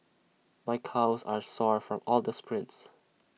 my calves are sore from all the sprints